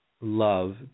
love